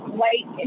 white